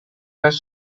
has